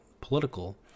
political